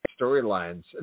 storylines